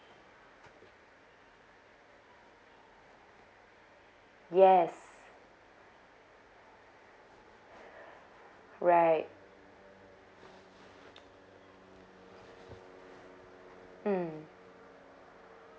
yes right mm